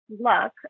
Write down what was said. luck